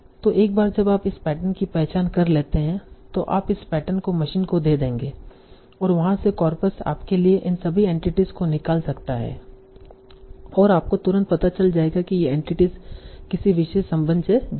तो एक बार जब आप इस पैटर्न की पहचान कर लेते हैं तो आप इस पैटर्न को मशीन को दे देंगे और वहाँ से कॉर्पस आपके लिए इन सभी एंटिटीस को निकाल सकता है और आपको तुरंत पता चल जाएगा कि ये एंटिटीस किसी विशेष संबंध से जुड़ी हैं